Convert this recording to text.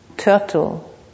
turtle